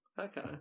Okay